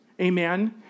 Amen